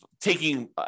taking